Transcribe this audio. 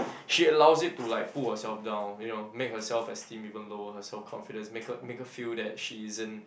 she allows it to like pull herself down you know make her self esteem even lower her confidence make her make her feel that she isn't